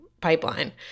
pipeline